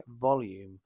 volume